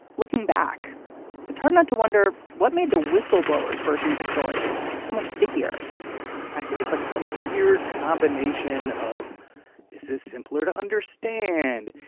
looking back it's hard not to wonder what made the whistleblowers version of the story so much stickier i think it's like some weird combination of this is simpler to understand.